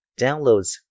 downloads